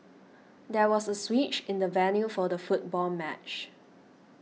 there was a switch in the venue for the football match